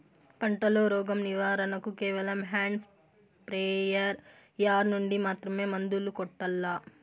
పంట లో, రోగం నివారణ కు కేవలం హ్యాండ్ స్ప్రేయార్ యార్ నుండి మాత్రమే మందులు కొట్టల్లా?